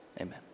amen